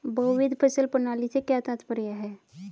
बहुविध फसल प्रणाली से क्या तात्पर्य है?